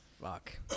Fuck